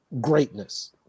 greatness